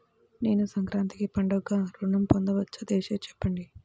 నేను సంక్రాంతికి పండుగ ఋణం పొందవచ్చా? దయచేసి చెప్పండి?